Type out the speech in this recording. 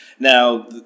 Now